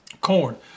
Corn